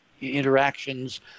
interactions